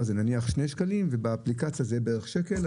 הוא נניח שני שקלים ובאפליקציה זה יהיה בערך שקל.